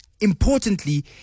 importantly